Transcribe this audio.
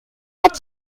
but